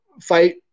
fight